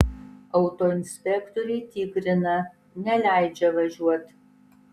autoinspektoriai tikrina neleidžia važiuot